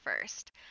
first